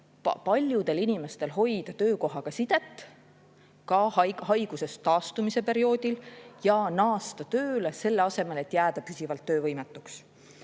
paljudel inimestel hoida töökohaga sidet ka haigusest taastumise perioodil ja naasta tööle, selle asemel et jääda püsivalt töövõimetuks.